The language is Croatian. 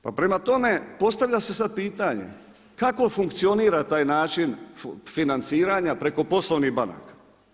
Pa prema tome, postavlja se sada pitanje, kako funkcionira taj način financiranja preko poslovnih banaka?